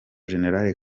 general